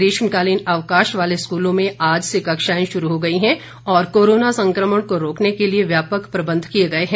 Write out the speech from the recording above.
ग्रीष्मकालीन अवकाश वाले स्कूलों में आज से कक्षाएं शुरू हो गई हैं और कोरोना संक्रमण को रोकने के लिए व्यापक प्रबंध किए गए हैं